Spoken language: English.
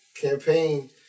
campaign